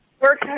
work